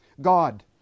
God